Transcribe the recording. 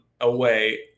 away